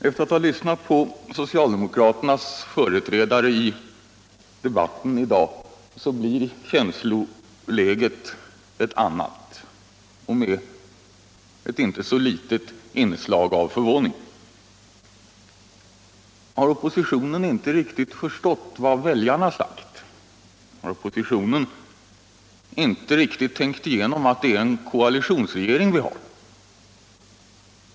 Efter att ha lyssnat på socialdemokraternas företrädare i debatten i dag blir känsloläget för mig ett annat — och med ett inte så litet inslag av förvåning. Har oppositionen inte riktigt förstått vad väljarna har sagt? Har oppositionen inte riktigt tänkt igenom att det är en koalitionsregering vi har?